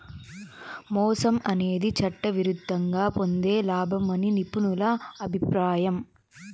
మోసం అనేది చట్టవిరుద్ధంగా పొందే లాభం అని నిపుణుల అభిప్రాయం